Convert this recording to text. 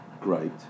great